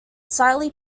slightly